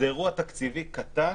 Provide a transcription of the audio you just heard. זה אירוע תקציבי קטן